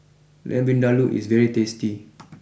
Lamb Vindaloo is very tasty